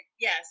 Yes